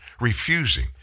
refusing